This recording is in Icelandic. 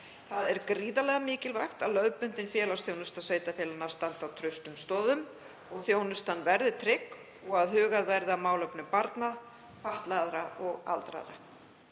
Það er gríðarlega mikilvægt að lögbundin félagsþjónusta sveitarfélaga standi á traustum stoðum, að þjónusta verði tryggð og að hugað verði að málefnum barna, fatlaðra og aldraðra.